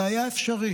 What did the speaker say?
זה היה אפשרי